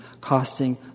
costing